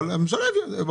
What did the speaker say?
אבל הממשלה הביאה את זה.